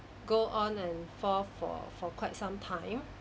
go on and for for for quite some time